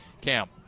Cam